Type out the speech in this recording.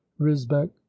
risbeck